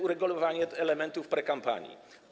Uregulowanie elementów prekampanii.